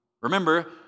Remember